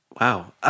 Wow